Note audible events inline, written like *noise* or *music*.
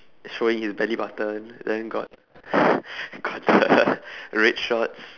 showing his belly button then got *breath* got the *laughs* red shorts